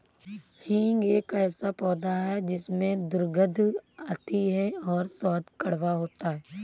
हींग एक ऐसा पौधा है जिसमें दुर्गंध आती है और स्वाद कड़वा होता है